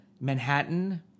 Manhattan